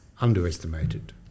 underestimated